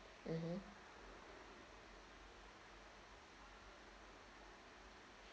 mmhmm